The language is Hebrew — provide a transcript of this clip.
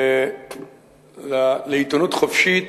לעיתונות חופשית,